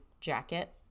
jacket